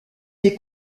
des